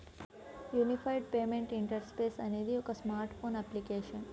unified payment interface అనేది ఒక smart phone application